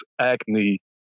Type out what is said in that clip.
acne